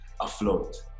afloat